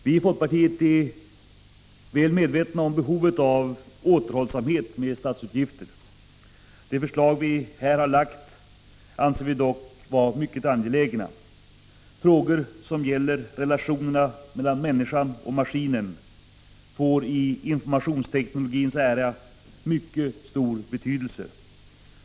Vi i folkpartiet är väl medvetna om behovet av återhållsamhet med 9” Prot. 1985/86:53 = statsutgifterna. De förslag som vi här har lagt anser vi dock vara mycket 17 december 1985 angelägna. Frågor som gäller relationerna mellan människorna och maskinen får i informationsteknologins era mycket stor betydelse.